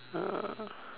ah